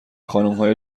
خانمهای